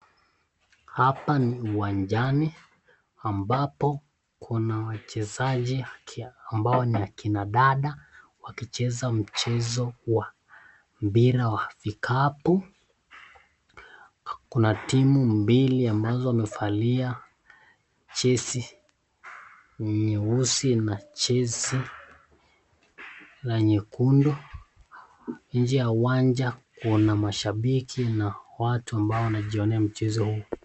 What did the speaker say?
Hapa ni uwanjani ,ambapo kuna wachezaji ambao ni akina dada ,wakicheza mchezo wa mpira wa vikapu. Kuna timu mbili ambazo wamevalia (jersey)nyeusi na (jersey)na nyekundu ,nje ya uwanja kuna mashabiki na watu ambao wanajionea mchezo huu.